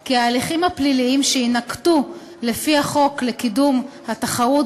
כי ההליכים הפליליים שיינקטו לפי החוק לקידום התחרות